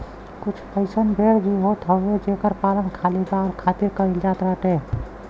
कुछ अइसन भेड़ भी होत हई जेकर पालन खाली बाल खातिर कईल जात बाटे